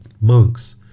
Monks